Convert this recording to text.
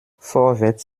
vorwärts